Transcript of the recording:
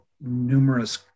Numerous